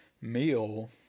meal